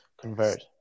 Convert